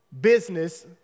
business